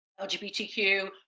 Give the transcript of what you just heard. LGBTQ